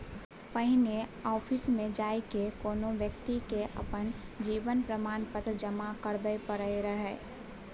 पहिने आफिसमे जा कए कोनो बेकती के अपन जीवन प्रमाण पत्र जमा कराबै परै रहय